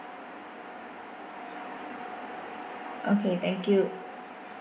okay thank you